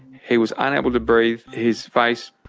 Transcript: he was unable to breathe. his face,